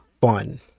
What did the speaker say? fun